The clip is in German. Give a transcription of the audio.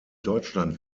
deutschland